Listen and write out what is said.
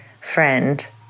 friend